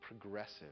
progressive